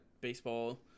baseball